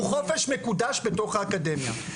הוא חופש מקודש בתוך האקדמיה.